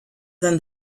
than